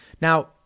Now